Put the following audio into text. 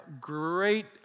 great